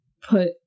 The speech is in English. put